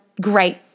great